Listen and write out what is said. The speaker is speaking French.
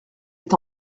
est